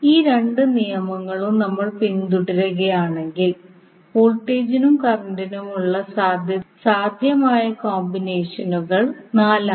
ഈ രണ്ട് നിയമങ്ങളും നമ്മൾ പിന്തുടരുകയാണെങ്കിൽ വോൾട്ടേജിനും കറന്റിനുമുള്ള സാധ്യമായ കോമ്പിനേഷനുകൾ നാലാണ്